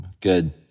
Good